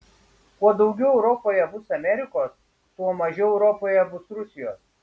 kuo daugiau europoje bus amerikos tuo mažiau europoje bus rusijos